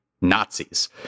Nazis